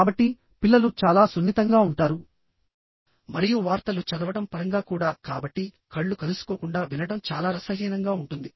కాబట్టి పిల్లలు చాలా సున్నితంగా ఉంటారు మరియు వార్తలు చదవడం పరంగా కూడా కాబట్టి కళ్ళు కలుసుకోకుండా వినడం చాలా రసహీనంగా ఉంటుంది